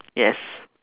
yes